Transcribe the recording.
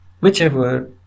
whichever